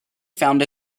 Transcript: found